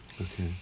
Okay